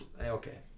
okay